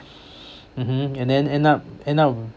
mmhmm and then end up end up